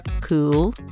cool